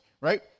right